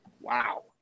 Wow